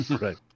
Right